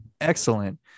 excellent